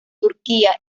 turquía